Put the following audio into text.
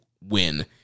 win